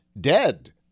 dead